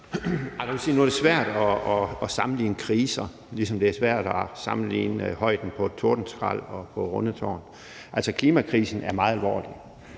at det er svært at sammenligne kriser, ligesom det er svært at sammenligne højden på et tordenskrald og på Rundetårn. Klimakrisen er meget alvorlig.